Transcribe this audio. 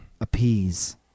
Appease